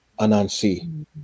anansi